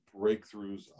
breakthroughs